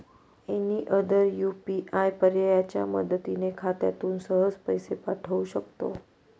any other UPI पर्यायाच्या मदतीने खात्यातून सहज पैसे पाठवू शकतो